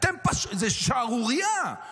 זה שערורייה.